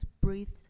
breathed